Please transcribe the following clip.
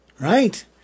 right